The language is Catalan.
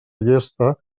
llesta